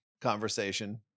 conversation